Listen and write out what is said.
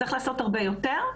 צריך לעשות הרבה יותר.